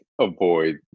avoid